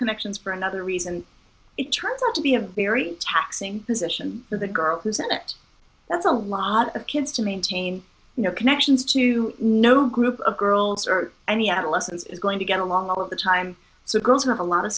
connections for another reason it turns out to be a very taxing position for the girl who's in it that's a lot of kids to maintain you know connections to no group of girls or any adolescents is going to get along all of the time so girls who have a lot of